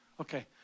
Okay